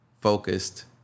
focused